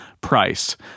price